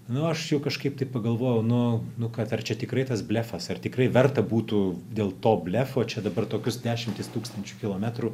nu aš jau kažkaip pagalvojau nu nu kad ar čia tikrai tas blefas ar tikrai verta būtų dėl to blefo čia dabar tokius dešimtis tūkstančių kilometrų